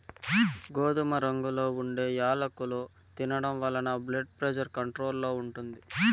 గోధుమ రంగులో ఉండే యాలుకలు తినడం వలన బ్లెడ్ ప్రెజర్ కంట్రోల్ లో ఉంటుంది